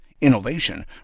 Innovation